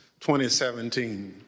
2017